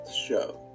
show